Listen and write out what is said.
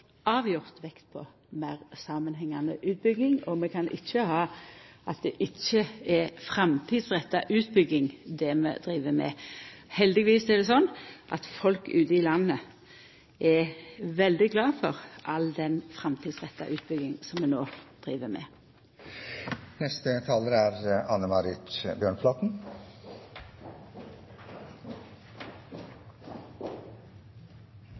avgjort vekt på meir samanhengande utbygging, og vi kan ikkje ha det på oss at det ikkje er framtidsretta utbygging vi driv med. Heldigvis er det slik at folk ute i landet er veldig glade for all den framtidsretta utbygginga vi no driv med. Det var Kenneth Svendsens innlegg som